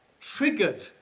triggered